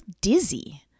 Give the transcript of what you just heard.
dizzy